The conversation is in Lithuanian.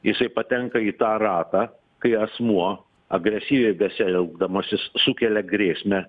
jisai patenka į tą ratą kai asmuo agresyviai besielgdamas jis sukelia grėsmę